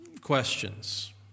questions